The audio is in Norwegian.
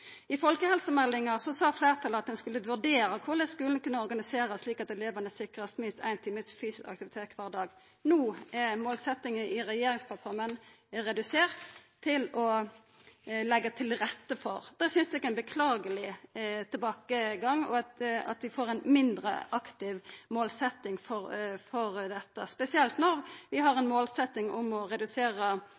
I folkehelsemeldinga sa fleirtalet at ein skulle vurdera korleis skulen kunne organiserast slik at elevane vart sikra minst éin time fysisk aktivitet kvar dag. No er målsetjinga i regjeringsplattforma redusert til «å leggja til rette for». Det synest eg er ein beklageleg tilbakegang, at vi får ei mindre aktiv målsetjing for dette, spesielt når vi har ei målsetjing om å redusera